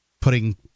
putting